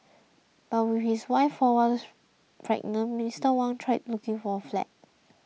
but with his wife four months pregnant Mr Wang tried looking for a flat